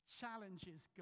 challenges